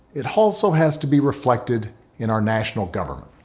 it also has to be reflected in our national government,